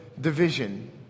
division